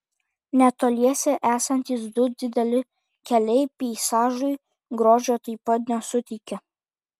netoliese esantys du dideli keliai peizažui grožio taip pat nesuteikia